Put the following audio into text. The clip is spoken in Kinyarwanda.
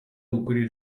ukuri